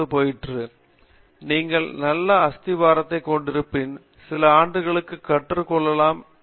காமகோடி நீங்கள் நல்ல அஸ்திவாரங்களைக் கொண்டிருப்பின் சில ஆண்டுகளுக்குள் கற்றுக் கொள்ளலாம் மற்றும் உருவாக்கலாம்